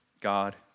God